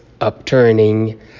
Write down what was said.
upturning